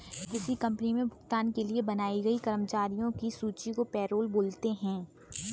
किसी कंपनी मे भुगतान के लिए बनाई गई कर्मचारियों की सूची को पैरोल बोलते हैं